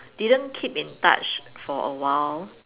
didn't keep in touch for awhile